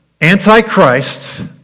Antichrist